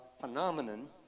phenomenon